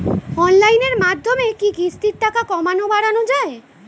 অনলাইনের মাধ্যমে কি কিস্তির টাকা কমানো বাড়ানো যায়?